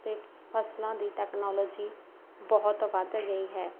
ਅਤੇ ਫਸਲਾਂ ਦੀ ਟੈਕਨੋਲੋਜੀ ਬਹੁਤ ਵੱਧ ਗਈ ਹੈ